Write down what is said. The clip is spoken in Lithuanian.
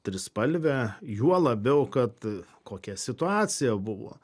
trispalvę juo labiau kad kokia situacija buvo